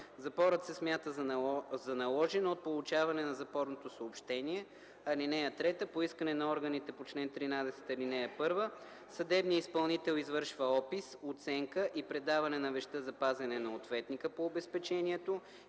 Запорът се смята за наложен от получаване на запорното съобщение. (3) По искане на органите по чл. 13, ал. 1 съдебният изпълнител извършва опис, оценка и предаване на вещта за пазене на ответника по обезпечението